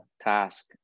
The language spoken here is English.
task